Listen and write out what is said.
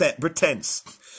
pretense